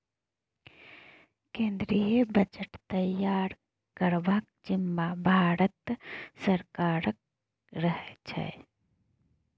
केंद्रीय बजट तैयार करबाक जिम्माँ भारते सरकारक रहै छै